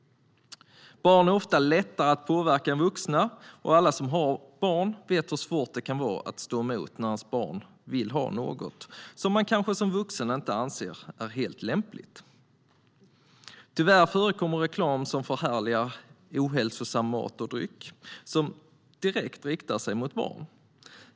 Barn är ofta lättare att påverka än vuxna, och alla som har barn vet hur svårt det kan vara att stå emot när ens barn vill ha något som man kanske som vuxen inte anser är helt lämpligt. Tyvärr förekommer reklam som förhärligar ohälsosam mat och dryck och som direkt riktar sig mot barn.